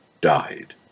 died